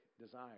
desire